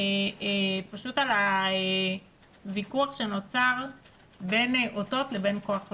על הוויכוח שנוצר בין אותות לבין כח לעובדים,